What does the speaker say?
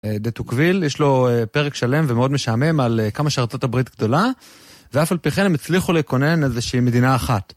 דה תוקוויל, יש לו פרק שלם ומאוד משעמם על כמה שארצות הברית גדולה ואף על פי כן הם הצליחו לקונן איזושהי מדינה אחת.